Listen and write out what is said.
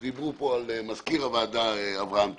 שדיברו פה על מזכיר הוועדה, אברהם טננבוים.